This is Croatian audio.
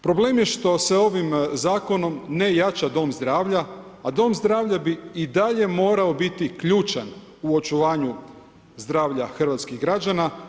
Problem je što se ovim zakonom ne jača dom zdravlja, a dom zdravlja bi i dalje morao biti ključan u očuvanja zdravlja hrvatskih građana.